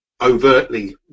overtly